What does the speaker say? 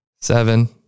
Seven